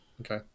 okay